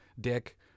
dick